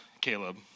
Caleb